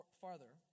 farther